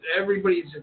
everybody's